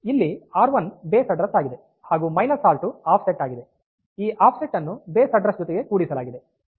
ಇಲ್ಲಿ R one base address ಆಗಿದೆ ಹಾಗು ಆರ್2 ಆಫ್ಸೆಟ್ ಆಗಿದೆಈ ಆಫ್ಸೆಟ್ ಅನ್ನು ಬೇಸ್ ಅಡ್ರೆಸ್ ಜೊತೆಗೆ ಕೂಡಿಸಲಾಗಿದೆ